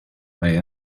way